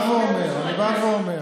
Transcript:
כן.